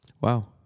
Wow